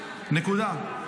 נקודה.